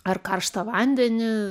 ar karštą vandenį